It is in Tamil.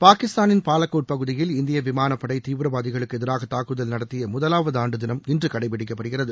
பாகிஸ்தானின் பாலாகோட் பகுதியில் இந்திய விமானப்படை தீவிரவாதிகளுக்கு எதிராக தாக்குதல் நடத்திய முதலாவது ஆண்டு தினம் இன்று கடைப்பிடிக்கப்படுகிறது